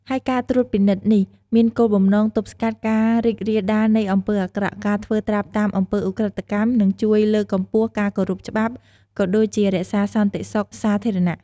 ហើយការត្រួតពិនិត្យនេះមានគោលបំណង ទប់ស្កាត់ការរីករាលដាលនៃអំពើអាក្រក់ ការធ្វើត្រាប់តាមអំពើឧក្រិដ្ឋកម្ម និងជួយលើកកម្ពស់ការគោរពច្បាប់ ក៏ដូចជារក្សាសន្តិសុខសាធារណៈ។